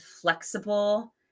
flexible